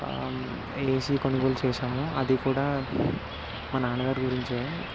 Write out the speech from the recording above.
AC కొనుగోలు చేసాము అది కూడా మా నాన్నగారు గురించే